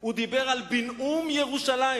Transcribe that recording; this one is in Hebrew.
הוא דיבר על בינאום ירושלים,